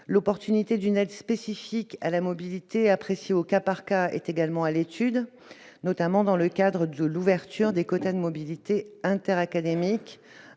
l'opportunité d'une aide spécifique à la mobilité apprécier au cas par cas, est également à l'étude, notamment dans le cadre de l'ouverture des quotas de mobilité inter-académiques,